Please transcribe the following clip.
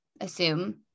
assume